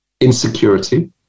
insecurity